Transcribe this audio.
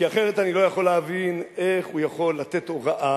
כי אחרת אני לא יכול להבין איך הוא יכול לתת הוראה